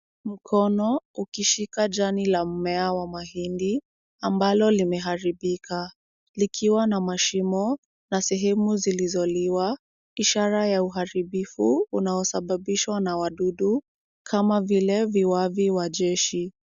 Mkono ukishika jani la mmea wa mahindi, ambalo limeharibika, likiwa na mashimo na sehemu zilizoliwa, ishara ya uharibifu unaosababishwa na wadudu, kama vile viwavi wa jeshi.